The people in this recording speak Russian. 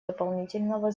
дополнительного